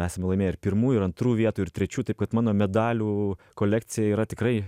esame laimėję ir pirmų ir antrų vietų ir trečių taip kad mano medalių kolekcija yra tikrai